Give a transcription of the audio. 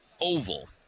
oval